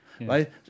right